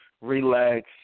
relax